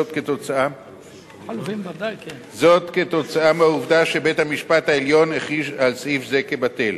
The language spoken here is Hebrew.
זאת בשל העובדה שבית-המשפט העליון הכריז על סעיף זה כבטל.